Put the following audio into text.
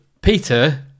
Peter